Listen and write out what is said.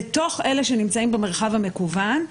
בתוך אלה שנמצאים במרחב המקוון,